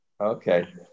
Okay